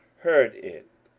heard it,